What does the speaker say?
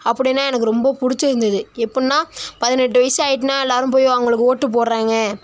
அப்படின்னா எனக்கு ரொம்ப பிடிச்சிருந்தது எப்படின்னா பதினெட்டு வயது ஆகிட்டுனா எல்லாேரும் போய் அவங்களுக்கு ஓட்டு போடுறாங்க